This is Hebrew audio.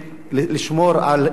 לטובת אותן משפחות נזקקות.